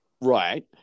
Right